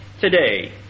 today